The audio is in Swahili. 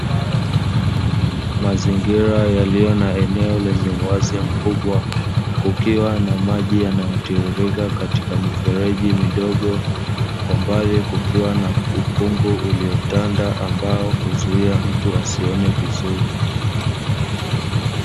Mazingira yaliyo na eneo lenye uwazi mkubwa kukiwa na maji yanayotiririka katika mifereji midogo, kwa mbali kukiwa na ukungu uliotanda ambao huzuia mtu asione vizuri.